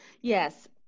Yes